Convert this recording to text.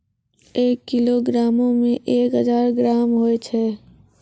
एक किलोग्रामो मे एक हजार ग्राम होय छै